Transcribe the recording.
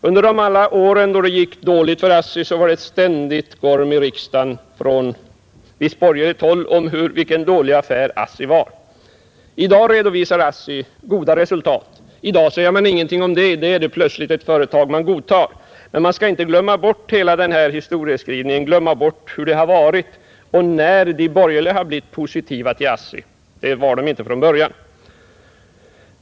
Under alla de år det gick dåligt för ASSI framfördes kritik från visst borgerligt håll om hur dålig affär ASSI var. I dag redovisar ASSI goda resultat. Nu sägs det ingenting om detta. Plötsligt är det ett företag som godtas. Men man skall inte glömma bort hela historieskrivningen, glömma hur det varit och tala om när de borgerliga blivit positiva till ASSI. Det var de inte från början.